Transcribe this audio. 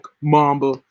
Mamba